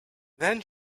then